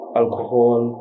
alcohol